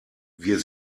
wir